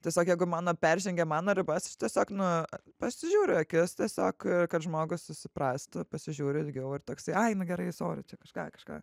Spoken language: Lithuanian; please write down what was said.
tiesiog jeigu mano peržengia mano ribas tiesiog nu pasižiūriu kas tiesiog kad žmogus susiprastų pasižiūriu ilgiau ar toksai ai nu gerai sori čia kažką kažką